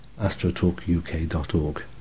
astrotalkuk.org